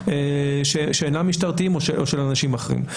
שאינם משטרתיים או של אנשים אחרים.